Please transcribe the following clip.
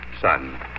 Son